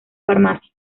farmacia